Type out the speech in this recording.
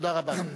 תודה רבה.